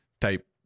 type